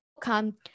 come